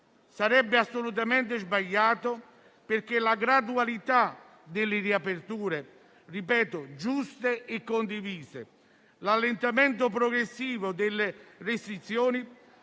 sarebbe assolutamente sbagliato perché la gradualità delle riaperture - ripeto giuste e condivise - l'allentamento progressivo delle restrizioni